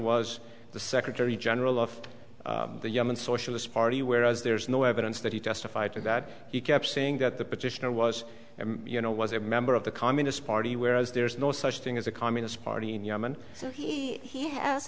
was the secretary general of the yemen socialist party whereas there's no evidence that he testified to that he kept saying that the petitioner was you know was a member of the communist party whereas there is no such thing as a communist party in yemen so he has